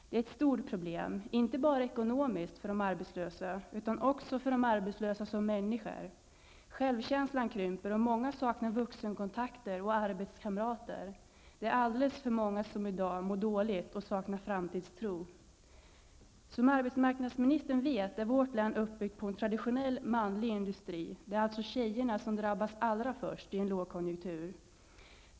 Det är ett stort problem för de arbetslösa, inte bara ekonomiskt utan också för dem som människor. Självkänslan krymper, och många saknar vuxenkontakter och arbetskamrater. Det är alldeles för många som mår dåligt och saknar framtidstro. Som arbetsmarknadsministern vet är vårt län uppbyggt på en traditionellt manlig industri. Det är alltså tjejerna som drabbas allra först i en lågkonjunktur.